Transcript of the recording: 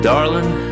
Darling